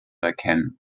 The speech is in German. erkennen